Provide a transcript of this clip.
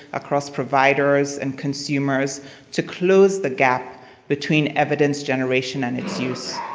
across providers and consumers to close the gap between evidence generation and its use.